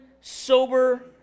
sober